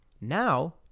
Now